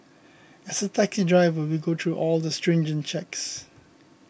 as a taking driver we go through all the stringent checks